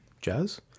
jazz